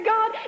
God